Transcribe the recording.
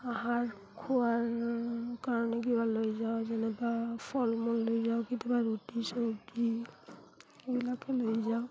আহাৰ খোৱাৰ কাৰণে কিবা লৈ যাওঁ যেনেবা ফলমূল লৈ যাওঁ কেতিয়াবা ৰুটি চুটি এইবিলাকে লৈ যাওঁ